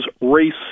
race